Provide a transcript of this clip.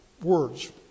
words